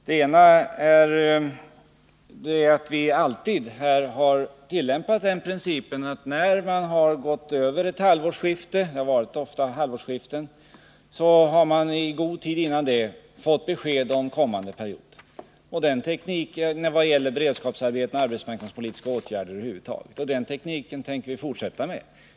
Det ena är detta att vi alltid har tillämpat den principen, att när man har stått inför ett halvårsskifte — det har ofta gällt halvårsskiften — har man i god tid fått besked om kommande period. Det har varit tekniken vad gäller beredskapsarbeten och arbetsmarknadspolitiska åtgärder över huvud taget, och den tekniken tänker vi fortsätta med.